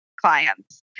clients